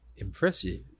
Impressive